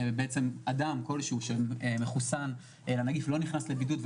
אדם כלשהו שמחוסן לנגיף לא נכנס לבידוד,